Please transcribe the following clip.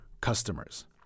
customers